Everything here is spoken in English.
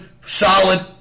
solid